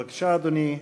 בבקשה, אדוני.